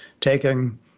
taking